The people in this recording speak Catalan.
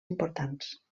importants